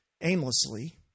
aimlessly